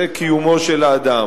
זה קיומו של האדם.